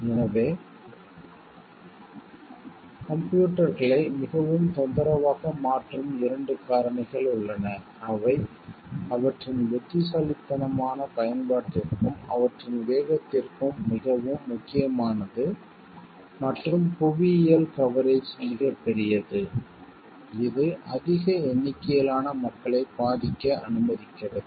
எனவே கம்ப்யூட்டர்களை மிகவும் தொந்தரவாக மாற்றும் இரண்டு காரணிகள் உள்ளன அவை அவற்றின் புத்திசாலித்தனமான பயன்பாட்டிற்கும் அவற்றின் வேகத்திற்கும் மிகவும் முக்கியமானது மற்றும் புவியியல் கவரேஜ் மிகப்பெரியது இது அதிக எண்ணிக்கையிலான மக்களை பாதிக்க அனுமதிக்கிறது